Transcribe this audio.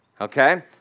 Okay